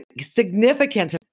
significant